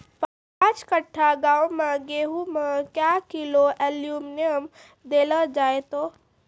पाँच कट्ठा गांव मे गेहूँ मे क्या किलो एल्मुनियम देले जाय तो?